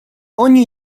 ogni